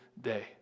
day